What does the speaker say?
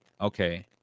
Okay